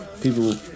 people